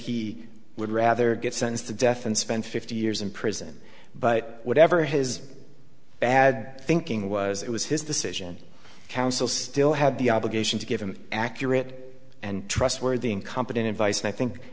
he would rather get sentenced to death and spend fifty years in prison but whatever his bad thinking was it was his decision counsel still have the obligation to give an accurate and trustworthy incompetent advice and i think